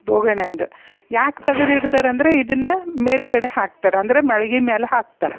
ಬೋಗಣೆಂದ ಯಾಕೆ ತಗದು ಇಡ್ತಾರೆ ಅಂದರೆ ಇದನ್ನು ಮೇಲುಗಡೆ ಹಾಕ್ತಾರೆ ಅಂದರೆ ಮಾಳ್ಗಿ ಮೇಲೆ ಹಾಕ್ತಾರ